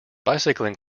bicycling